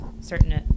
certain